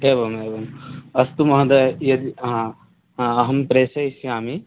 एवमेवम् अस्तु महोदयः यत आम् अहं प्रेषयिष्यामि